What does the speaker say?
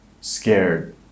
scared